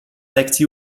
lekcji